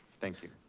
thank you.